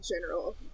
general